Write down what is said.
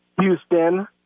Houston